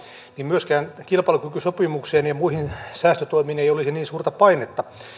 niin myöskään kilpailukykysopimukseen ja muihin säästötoimiin ei olisi niin suurta painetta